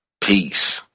peace